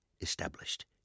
established